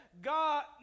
God